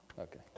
Okay